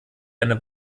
eine